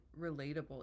relatable